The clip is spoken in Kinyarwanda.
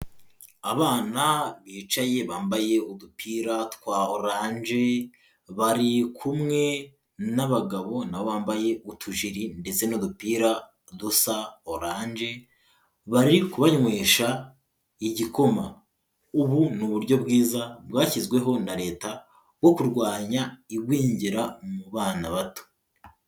Abana bicaye bambaye udupira twa oranje, bari kumwe n'abagabo nawe wambaye utujiri ndetse n'udupira dusa oranje, bari kubanywesha igikoma, ubu ni uburyo bwiza bwashyizweho na Leta bwo kurwanya igwingira mu bana bato.